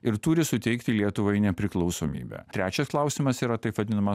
ir turi suteikti lietuvai nepriklausomybę trečias klausimas yra taip vadinamas